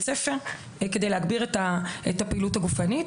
הספר כדי להגביר את הפעילות הגופנית,